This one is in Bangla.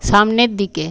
সামনের দিকে